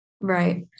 Right